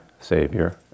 savior